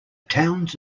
towns